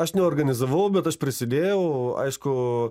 aš neorganizavau bet aš prisidėjau aišku